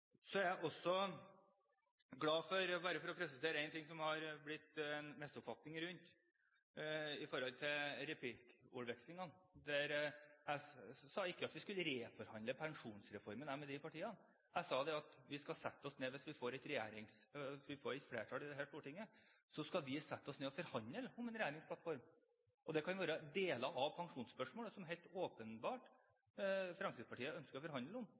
Så er jeg også glad for å si – bare for å presisere en ting som det er blitt noen misforståelser rundt i replikkordvekslingene – at jeg sa ikke at vi skulle reforhandle pensjonsreformen med de andre partiene. Jeg sa at hvis vi får et flertall i Stortinget, skal vi sette oss ned og forhandle om en regjeringsplattform. Det kan være deler av pensjonsspørsmålet som det er helt åpenbart at Fremskrittspartiet ønsker å forhandle om,